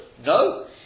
No